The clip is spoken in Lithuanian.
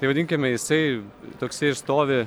tai vadinkime jisai toksai ir stovi